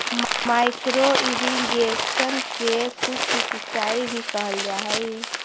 micro irrigation के सूक्ष्म सिंचाई भी कहल जा हइ